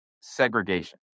segregation